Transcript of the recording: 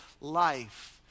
life